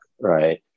right